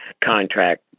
contract